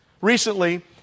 Recently